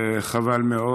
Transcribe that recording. חבל מאוד.